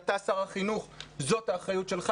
אתה שר החינוך וזאת האחריות שלך.